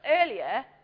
earlier